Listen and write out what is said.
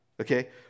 okay